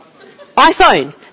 iPhone